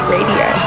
Radio